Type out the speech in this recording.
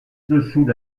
dessous